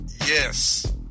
Yes